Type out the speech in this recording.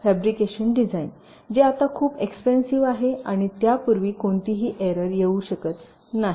fabrication design जे आता खूपच एक्सपेन्सिव्ह आहे आणि त्यापूर्वी कोणतीही एरर घेऊ शकत नाही